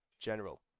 General